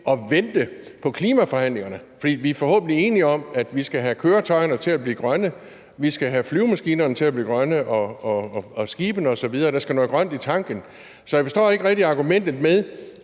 at vente på klimaforhandlingerne? For vi er forhåbentlig enige om, at vi skal have køretøjerne til at blive grønne, og at vi skal have flyvemaskinerne til at blive grønne, og skibene, osv.: Der skal noget grønt i tanken. Jeg forstår ikke rigtig argumentet med,